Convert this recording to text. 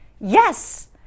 Yes